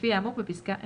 לפי האמור בפסקה (1).